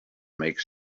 makes